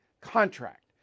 contract